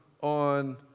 on